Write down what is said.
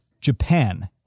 Japan